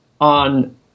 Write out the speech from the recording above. on